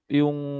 yung